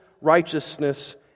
righteousness